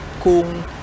kung